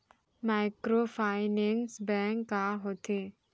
Microfinance bank का होथे?